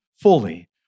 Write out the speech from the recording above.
fully